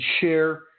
share